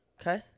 Okay